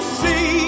see